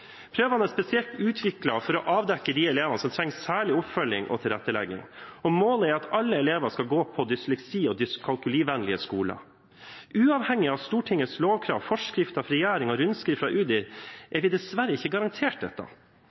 Prøvene er spesielt utviklet for å avdekke de elevene som trenger særlig oppfølging og tilrettelegging, og målet er at alle elever skal gå på dysleksi- og dyskalkulivennlige skoler. Uavhengig av Stortingets lovkrav, forskrifter fra regjeringen og rundskriv fra Udir er vi dessverre ikke garantert dette.